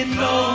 no